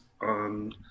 on